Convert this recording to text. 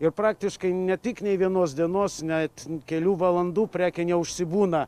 ir praktiškai ne tik nei vienos dienos net kelių valandų prekė neužsibūna